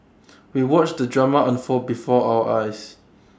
we watched the drama unfold before our eyes